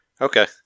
Okay